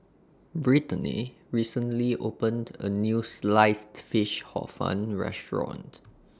Britany recently opened A New Sliced Fish Hor Fun Restaurant